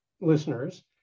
listeners